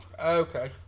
Okay